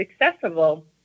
accessible